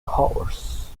horse